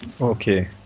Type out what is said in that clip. Okay